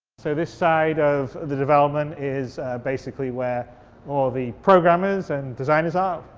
so this side of the development is basically where all the programmers and designers um